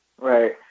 Right